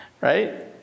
Right